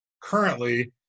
currently –